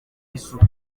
isuku